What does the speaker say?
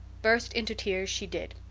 burst into tears she did.